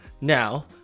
Now